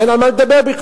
אין על מה לדבר בכלל,